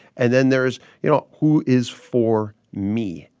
and then there's, you know who is for me?